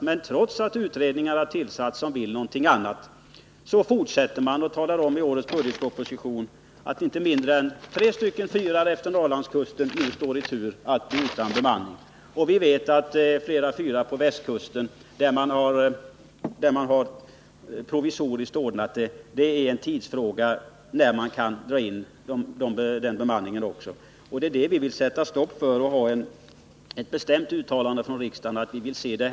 Men trots att dessa utredningar har tillsatts, och trots att dessa vill någonting annat, sägs det också i årets budgetproposition att inte mindre än tre fyrar längs Norrlandskusten nu står i tur att bli utan bemanning. Vi vet att det är en tidsfråga innan bemanningen dras in vid flera fyrar på Västkusten, där man provisoriskt löst frågan. Det vill vi sätta stopp för. Vi vill ha ett bestämt uttalande från riksdagen på den punkten.